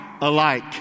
alike